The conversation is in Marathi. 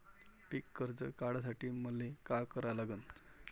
पिक कर्ज काढासाठी मले का करा लागन?